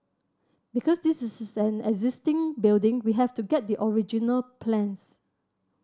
because this is an existing building we have to get the original plans